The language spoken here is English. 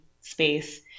space